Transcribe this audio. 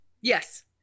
Yes